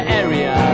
area